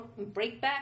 Breakback